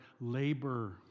labor